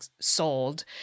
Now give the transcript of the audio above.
sold